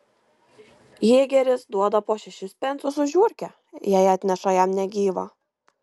jėgeris duoda po šešis pensus už žiurkę jei atneša jam negyvą